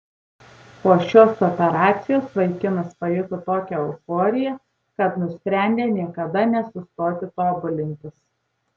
po šios operacijos vaikinas pajuto tokią euforiją kad nusprendė niekada nesustoti tobulintis